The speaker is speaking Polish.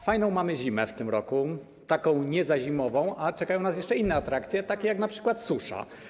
Fajną mamy zimę w tym roku, taką nie za zimową, a czekają nas jeszcze inne atrakcje, takie jak np. susza.